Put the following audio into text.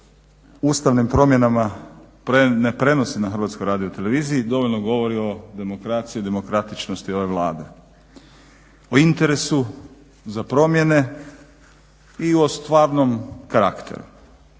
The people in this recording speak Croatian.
ustavnim promjenama ne prenosi na Hrvatskoj radio-televiziji dovoljno govori o demokraciji, demokratičnosti ove Vlade, o interesu za promjene i o stvarnom karakteru.